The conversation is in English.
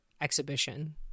exhibition